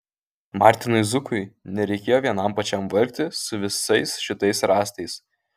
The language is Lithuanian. martinui zukui nereikėjo vienam pačiam vargti su visais šitais rąstais